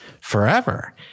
forever